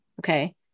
Okay